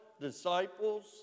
Disciples